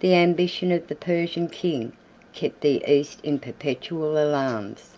the ambition of the persian king kept the east in perpetual alarms